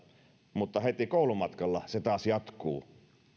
mutta heti koulumatkalla se taas jatkuu